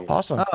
Awesome